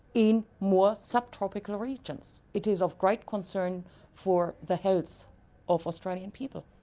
in more subtropical regions. it is of great concern for the health of australian people.